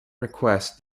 request